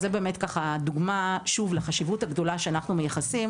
זאת דוגמה לחשיבות הגדולה שאנחנו מייחסים